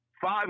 five